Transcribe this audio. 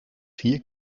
vier